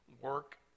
work